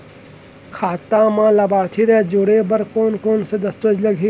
खाता म लाभार्थी जोड़े बर कोन कोन स दस्तावेज लागही?